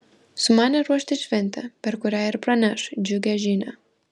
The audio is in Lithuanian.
sumanė ruošti šventę per kurią ir praneš džiugią žinią